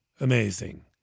Amazing